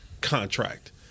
contract